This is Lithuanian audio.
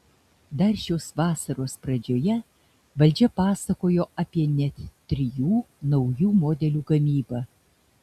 dar šios vasaros pradžioje valdžia pasakojo apie net trijų naujų modelių gamybą